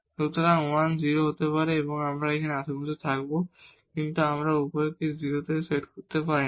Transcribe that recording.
সুতরাং 1 0 হতে পারে আমরা এখনও আশেপাশে থাকব কিন্তু আমরা উভয়কে 0 তে সেট করতে পারি না